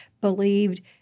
believed